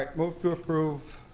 like move to approve